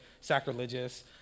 sacrilegious